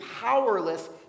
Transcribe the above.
powerless